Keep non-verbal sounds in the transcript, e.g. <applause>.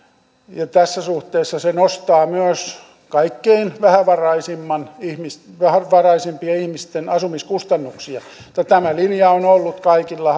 ja tässä suhteessa se nostaa myös kaikkein vähävaraisimpien ihmisten vähävaraisimpien ihmisten asumiskustannuksia tämä linja on ollut kaikilla <unintelligible>